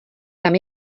tam